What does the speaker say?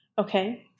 okay